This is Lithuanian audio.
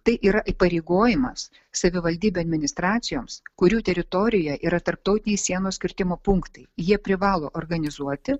tai yra įpareigojimas savivaldybių administracijoms kurių teritorijoj yra tarptautiniai sienos kirtimo punktai jie privalo organizuoti